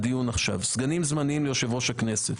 סגנים זמניים ליושב ראש הכנסת.